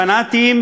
פנאטיים